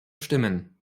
stimmen